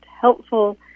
helpful